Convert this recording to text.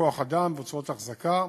כוח-אדם והוצאות אחזקה,